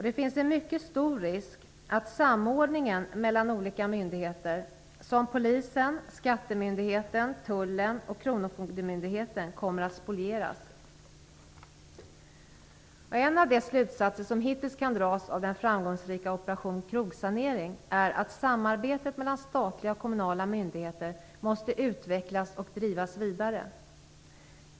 Det finns en mycket stor risk för att samordningen mellan olika myndigheter som polisen, skattemyndigheten, tullen och kronofogdemyndigheten kommer att spolieras. En av de slutsatser som hittills kan dras av den framgångsrika "Operation krogsanering" är att samarbetet mellan statliga och kommunala myndigheter måste utvecklas och drivas vidare.